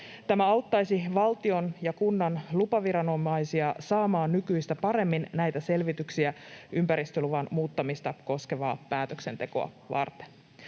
Tämä auttaisi valtion ja kunnan lupaviranomaisia saamaan nykyistä paremmin näitä selvityksiä ympäristöluvan muuttamista koskevaa päätöksentekoa varten.